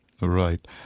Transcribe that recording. Right